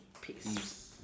peace